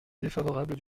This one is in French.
défavorable